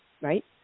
right